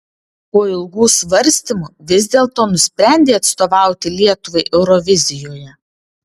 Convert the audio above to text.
po ilgų svarstymų vis dėlto nusprendei atstovauti lietuvai eurovizijoje